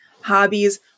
hobbies